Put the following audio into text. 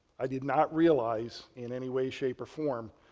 i did not realize in any way, shape or form